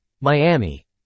Miami